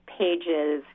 pages